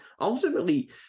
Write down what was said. ultimately